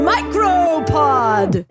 MicroPod